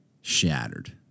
shattered